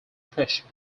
pressure